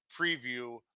preview